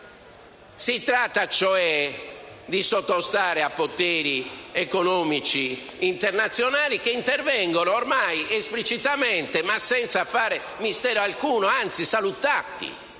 Si tratta, cioè, di sottostare a poteri economici internazionali che intervengono ormai esplicitamente e senza farne alcun mistero.